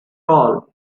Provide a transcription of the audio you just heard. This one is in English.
all